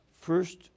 first